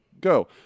go